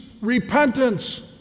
repentance